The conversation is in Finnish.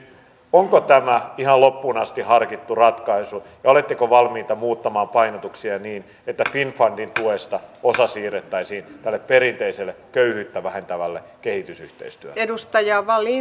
onko tämä ihan loppuun asti harkittu ratkaisu ja oletteko valmiita muuttamaan painotuksia niin että finnfundin tuesta osa siirrettäisiin tälle perinteiselle köyhyyttä vähentävälle kehitysyhteistyölle